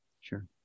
Sure